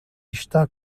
está